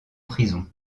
prison